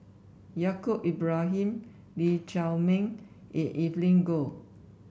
Yaacob Ibrahim Lee Chiaw Meng and Evelyn Goh